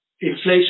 inflation